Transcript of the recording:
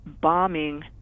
Bombing